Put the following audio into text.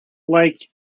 like